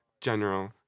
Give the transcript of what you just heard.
general